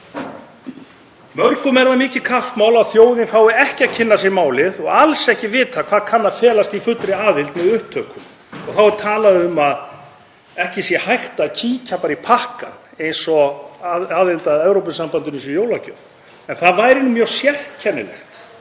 Mörgum er það mikið kappsmál að þjóðin fái ekki að kynna sér málið og alls ekki vita hvað kann að felast í fullri aðild með upptöku. Þá er talað um að ekki sé hægt að kíkja bara í pakkann eins og aðild að Evrópusambandinu sé jólagjöf en það væri mjög sérkennilegt